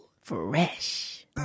Fresh